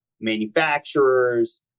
manufacturers